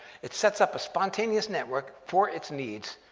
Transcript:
it sets up a spontaneous network for its needs,